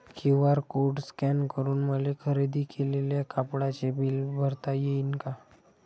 QR code scan करून मले खरेदी केलेल्या कापडाचे बिल भरता यीन का?